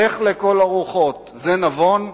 לך לכל הרוחות, זה נבון?